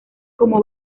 como